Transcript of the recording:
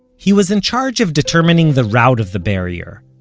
he was in charge of determining the route of the barrier,